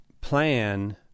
plan